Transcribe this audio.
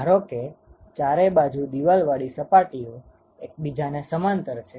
ધારો કે ચારે બાજુ દીવાલવાળી સપાટીઓ એકબીજાને સમાંતર છે